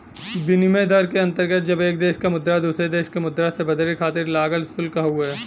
विनिमय दर के अंतर्गत जब एक देश क मुद्रा दूसरे देश क मुद्रा से बदले खातिर लागल शुल्क हउवे